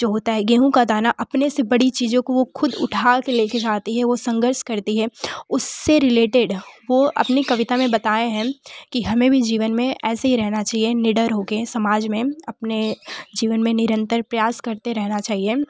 जो होता है गेहूँ का दाना अपने से बड़ी चीज़ों को वो खुद उठा के ले के जाती है वो संघर्ष करती है उससे रिलेटेड वो अपनी कविता में बताए हैं कि हमें भी जीवन में ऐसे ही रहना चाहिए निडर हो के समाज में अपने जीवन में निरंतर प्रयास करते रहना चाहिए